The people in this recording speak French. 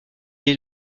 est